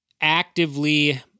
actively